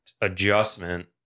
adjustment